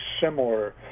similar